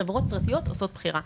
חברות פרטיות עושות בחירה.